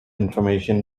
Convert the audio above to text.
information